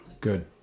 good